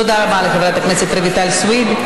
תודה רבה לחברת הכנסת רויטל סויד.